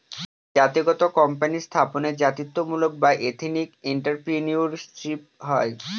জাতিগত কোম্পানি স্থাপনে জাতিত্বমূলক বা এথেনিক এন্ট্রাপ্রেনিউরশিপ হয়